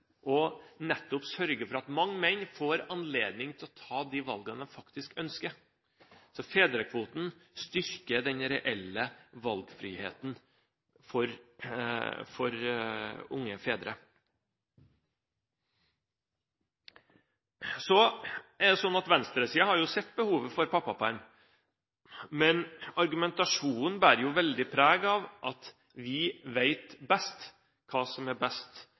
nettopp å sørge for at mange menn får anledning til å ta de valgene de faktisk ønsker å ta. Så fedrekvoten styrker den reelle valgfriheten for unge fedre. Så er det slik at venstresiden har sett behovet for pappaperm, men argumentasjonen bærer veldig preg av at de vet best hva som er